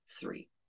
three